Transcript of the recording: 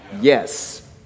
Yes